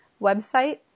website